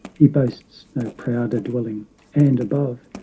he boasts no prouder dwelling and above,